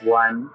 one